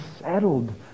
settled